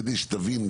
כדי שתבין,